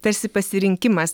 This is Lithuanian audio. tarsi pasirinkimas